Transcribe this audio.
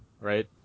right